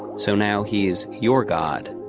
so now he's your god.